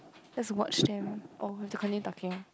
let's watch them oh we have to continue talking